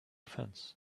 fence